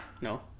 No